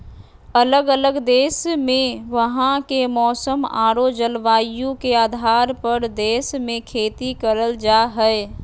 अलग अलग देश मे वहां के मौसम आरो जलवायु के आधार पर देश मे खेती करल जा हय